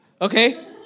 Okay